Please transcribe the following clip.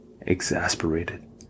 exasperated